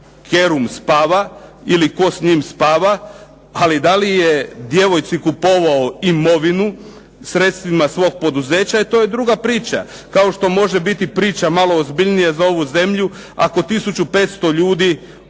Kerum spava ili tko s njim spava, ali da je djevojci kupovao imovinu sredstvima svoga poduzeća, to je druga priča. Kao što može biti malo ozbiljnija za ovu zemlju, ako tisuću 500 ljudi